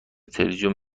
تلویزیون